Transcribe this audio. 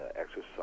exercise